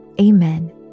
amen